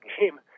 game